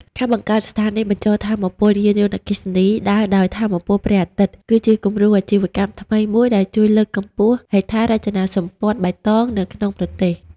ការបង្កើតស្ថានីយបញ្ចូលថាមពលយានយន្តអគ្គិសនីដើរដោយថាមពលព្រះអាទិត្យ គឺជាគំរូអាជីវកម្មថ្មីមួយដែលជួយលើកកម្ពស់ហេដ្ឋារចនាសម្ព័ន្ធបៃតងនៅក្នុងប្រទេស។